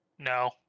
no